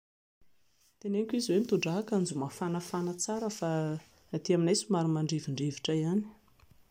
Teneniko izy hoe mitondrà akanjo mafanafana tsara fa aty aminay somary mandrivondrivotra ihany.